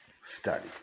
study